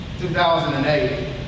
2008